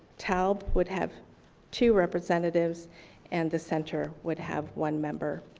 talb would have two representatives and the center would have one member.